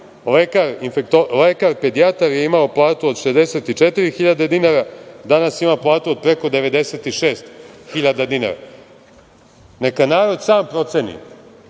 lekar pedijatar je imao platu od 64.000 dinara, a danas ima platu od preko 96.000 dinara. Neka narod sam proceni